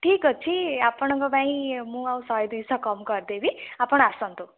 ଠିକ୍ ଅଛି ଆପଣଙ୍କ ପାଇଁ ମୁଁ ଆଉ ଶହେ ଦୁଇ ଶହ କମ୍ କରିଦେବି ଆପଣ ଆସନ୍ତୁ